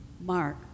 Mark